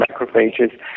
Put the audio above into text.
macrophages